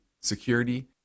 security